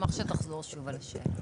אשמח שתחזור שוב על השאלה.